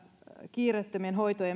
kiireettömien hoitojen